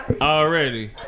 Already